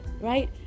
right